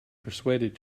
persuaded